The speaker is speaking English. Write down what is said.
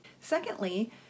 Secondly